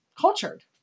cultured